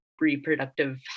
reproductive